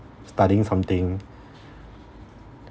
studying something